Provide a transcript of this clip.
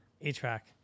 A-track